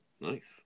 nice